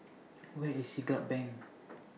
Where IS Siglap Bank